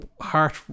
heart